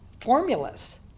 formulas